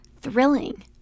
thrilling